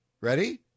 Ready